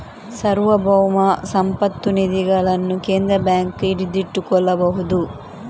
ಸಾರ್ವಭೌಮ ಸಂಪತ್ತು ನಿಧಿಗಳನ್ನು ಕೇಂದ್ರ ಬ್ಯಾಂಕ್ ಹಿಡಿದಿಟ್ಟುಕೊಳ್ಳಬಹುದು